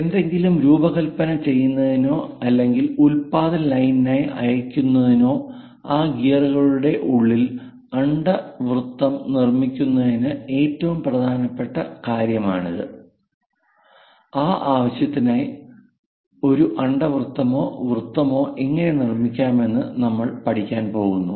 എന്തെങ്കിലും രൂപകൽപ്പന ചെയ്യുന്നതിനോ അല്ലെങ്കിൽ ഉൽപാദന ലൈനിനായി അയയ്ക്കുന്നതിനോ ആ ഗിയറുകളുടെ ഉള്ളിൽ അണ്ഡവൃത്തംനിർമ്മിക്കുന്നത് ഏറ്റവും പ്രധാനപ്പെട്ട കാര്യമാണ് ആ ആവശ്യത്തിനായി ഒരു അണ്ഡവൃത്തമോ വൃത്തമോ എങ്ങനെ നിർമ്മിക്കാമെന്ന് നമ്മൾ പഠിക്കാൻ പോകുന്നു